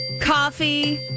Coffee